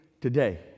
today